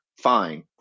fine